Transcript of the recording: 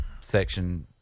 section